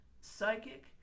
psychic